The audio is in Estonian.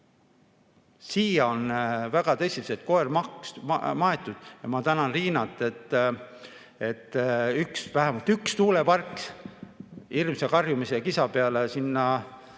Siia on väga tõsiselt koer maetud. Ma tänan Riinat, et vähemalt üks tuulepark hirmsa karjumise ja kisa peale sinna